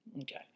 Okay